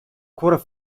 quarter